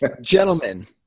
gentlemen